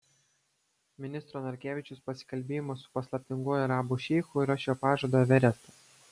ministro narkevičiaus pasikalbėjimas su paslaptinguoju arabų šeichu yra šio pažado everestas